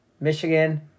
Michigan